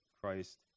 Christ